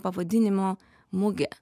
pavadinimo mugė